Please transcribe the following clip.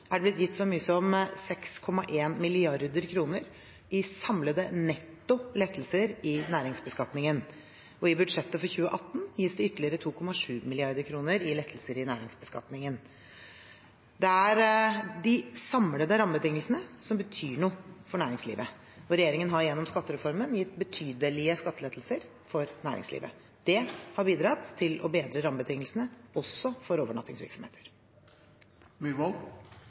er det blitt gitt så mye som 6,1 mrd. kr i samlede netto lettelser i næringsbeskatningen. I budsjettet for 2018 gis det ytterligere 2,7 mrd. kr i lettelser i næringsbeskatningen. Det er de samlede rammebetingelsene som betyr noe for næringslivet. Regjeringen har gjennom skattereformen gitt betydelige skattelettelser for næringslivet. Det har bidratt til å bedre rammebetingelsene også for